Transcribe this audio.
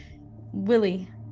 Willie